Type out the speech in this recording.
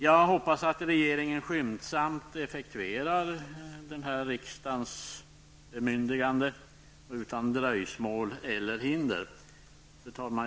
Jag hoppas att regeringen effektuerar riksdagens beslut utan dröjsmål eller hinder. Fru talman!